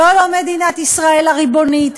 זו לא מדינת ישראל הריבונית,